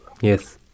Yes